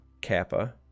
Kappa